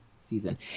season